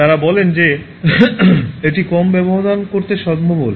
তারা বলেন যে এটি কম ব্যবহার করতে সম্ভব হলে